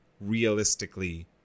realistically